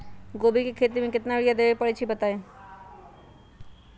कोबी के खेती मे केतना यूरिया देबे परईछी बताई?